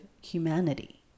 humanity